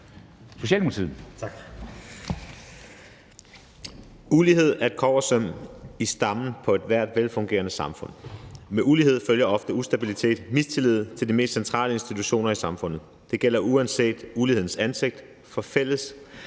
Ulighed er et vilkår i grundstammen af ethvert velfungerende samfund. Med ulighed følger ofte ustabilitet og mistillid til de mest centrale institutioner i samfundet. Det gælder uanset ulighedens ansigt, for fællestrækket